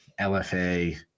LFA